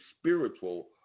spiritual